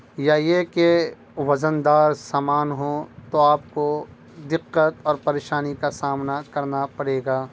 یا یہ کہ وزن دار سامان ہو تو آپ کو دقت اور پریشانی کا سامنا کرنا پڑے گا